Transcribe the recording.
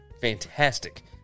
fantastic